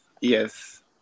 Yes